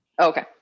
Okay